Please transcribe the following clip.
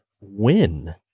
win